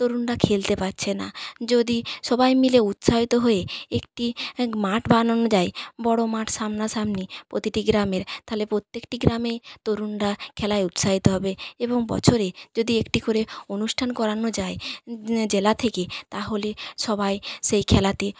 তরুণরা খেলতে পারছে না যদি সবাই মিলে উৎসাহিত হয়ে একটি মাঠ বানানো যায় বড়ো মাঠ সামনা সামনি প্রতিটি গ্রামের তাহলে প্রত্যেকটি গ্রামে তরুণরা খেলায় উৎসাহিত হবে এবং বছরে যদি একটি করে অনুষ্ঠান করানো যায় জেলা থেকে তাহলে সবাই সেই খেলাতে